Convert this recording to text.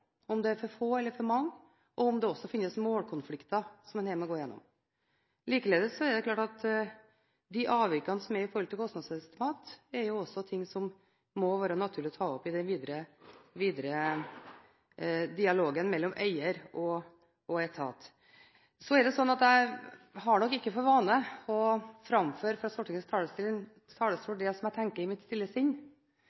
om det er for få eller for mange – og om det også finnes målkonflikter som en her må gå igjennom. Likeledes er det klart at de avvikene som er i forhold til kostnadsresultat, også er ting som det må være naturlig å ta opp i den videre dialogen mellom eier og etat. Jeg har nok ikke for vane å framføre fra Stortingets